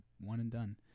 one-and-done